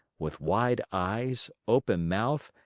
with wide eyes, open mouth,